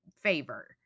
favor